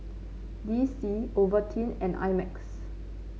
D C Ovaltine and I Max